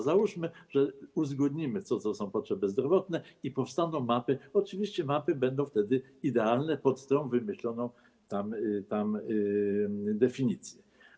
Załóżmy, że uzgodnimy, co to są potrzeby zdrowotne i powstaną mapy, oczywiście mapy będą wtedy idealne pod tę wymyśloną tam definicję.